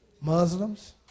Muslims